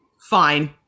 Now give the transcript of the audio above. fine